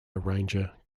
arranger